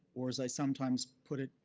or as i sometimes put it,